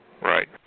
Right